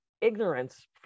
ignorance